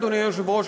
אדוני היושב-ראש,